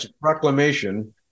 proclamation